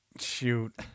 Shoot